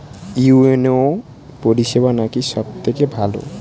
UNO পরিসেবা নাকি সব থেকে ভালো?